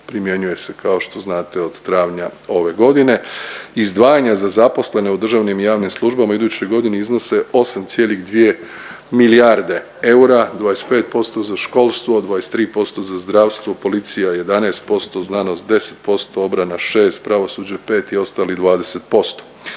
primjenjuje se kao što znate od travnja ove godine. Izdvajanja za zaposlene u državnim i javnim službama u idućoj godini iznose 8,2 milijarde eura, 25% za školstvo, 23% za zdravstvo, policija 11%, znanost 10%, obrana 6, pravosuđe 5 i ostali 20%.